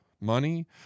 money